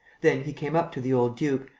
then he came up to the old duke,